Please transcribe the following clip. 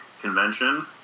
convention